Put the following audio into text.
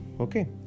Okay